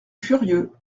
furieux